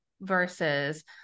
versus